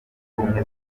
ubumwe